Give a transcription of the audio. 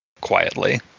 quietly